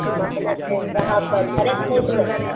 हम अपने ग्राहकके थोड़े ठकि लेबै